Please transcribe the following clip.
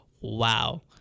wow